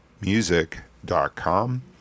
Music.com